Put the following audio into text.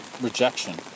rejection